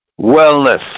wellness